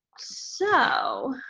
so,